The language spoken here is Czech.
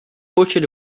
počet